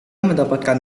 mendapatkan